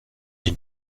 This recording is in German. den